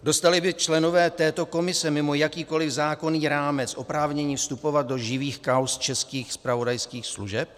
Dostali by členové této komise mimo jakýkoliv zákonný rámec oprávnění vstupovat do živých kauz českých zpravodajských služeb?